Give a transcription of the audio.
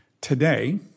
Today